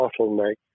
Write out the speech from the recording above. bottleneck